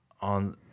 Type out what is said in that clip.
on